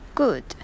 good